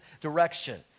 direction